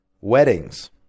weddings